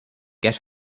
get